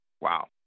Wow